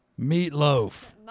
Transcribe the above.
Meatloaf